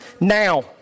now